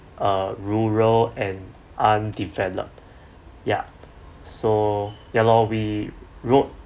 a rural and undeveloped ya so ya lor we rode